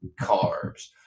carbs